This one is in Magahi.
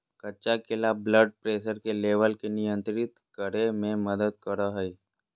कच्चा केला ब्लड प्रेशर के लेवल के नियंत्रित करय में मदद करो हइ